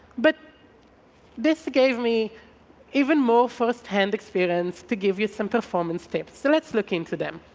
but this gave me even more firsthand experience to give you some performance tips, so let's look into them.